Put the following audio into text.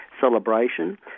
celebration